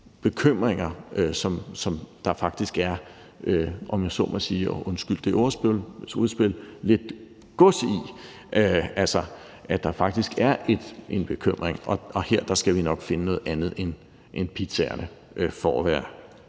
bekymringer, som der faktisk er, om jeg så må sige – og undskyld ordspillet – lidt gods i, altså at der faktisk er en bekymring, og her skal vi nok finde noget andet end pizzaerne,